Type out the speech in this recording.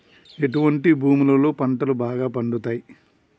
ఎటువంటి భూములలో పంటలు బాగా పండుతయ్?